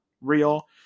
real